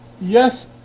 yes